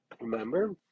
remember